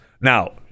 Now